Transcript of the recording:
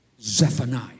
Zephaniah